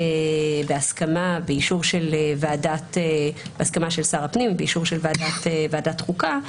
בהסכמה של שר הפנים ובאישור של ועדת חוקה,